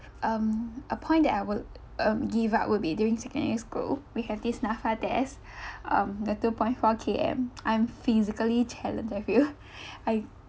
um a point that I would um give up would be during secondary school we have this NAPFA test um the two point four K_M I'm physically challenged I feel I